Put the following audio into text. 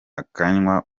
akanywa